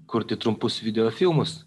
kurti trumpus videofilmus